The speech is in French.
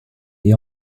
est